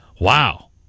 Wow